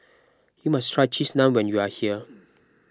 you must try Cheese Naan when you are here